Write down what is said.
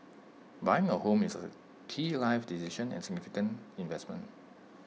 buying A home is A key life decision and significant investment